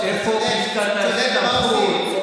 צודק.